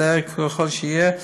מצער ככל שיהיה,